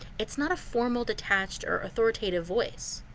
it's not a formal detached or authoritative voice.